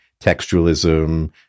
textualism